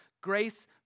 Grace